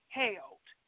held